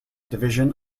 division